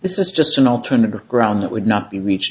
this is just an alternative ground that would not be reached